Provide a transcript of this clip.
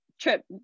trip